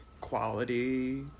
quality